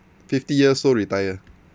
fifty years old retire